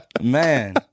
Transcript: Man